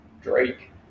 Drake